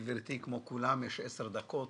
גברתי, יש לך 10 דקות,